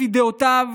לפי דעותיו,